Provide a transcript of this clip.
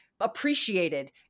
appreciated